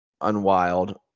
unwild